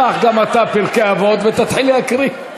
קח גם אתה פרקי אבות ותתחיל להקריא.